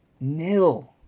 Nil